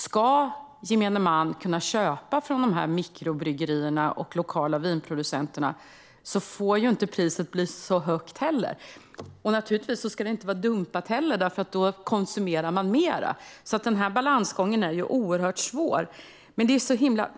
Ska gemene man kunna köpa från mikrobryggerierna och de lokala vinproducenterna får priset inte bli så högt. Naturligtvis ska priset inte heller vara dumpat eftersom det då konsumeras mer. Den här balansgången är oerhört svår.